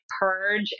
purge